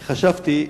חשבתי,